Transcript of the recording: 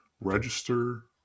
register